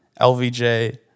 LVJ